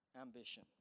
ambition